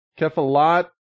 Kefalot